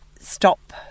stop